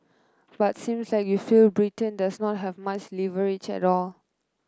but seems like you feel Britain does not have much leverage at all